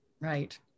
Right